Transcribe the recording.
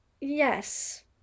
Yes